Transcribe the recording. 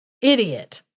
Idiot